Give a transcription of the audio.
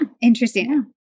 interesting